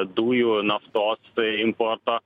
dujų naftos importo